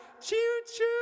choo-choo